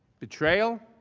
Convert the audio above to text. betrayal,